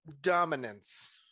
Dominance